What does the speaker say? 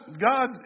God